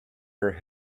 her